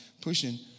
pushing